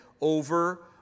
over